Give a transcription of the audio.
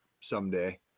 someday